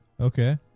Okay